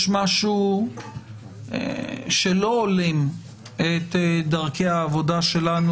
יש משהו שלא הולם את דרכי העבודה שלנו